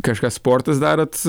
kažką sportas darot